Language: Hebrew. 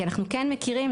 כי אנחנו כן מכירים,